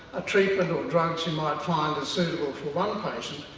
a treatment or drugs you might find a suitable for one patient,